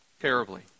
terribly